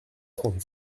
trente